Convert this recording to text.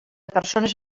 persones